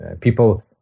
People